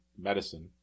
medicine